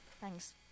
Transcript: Thanks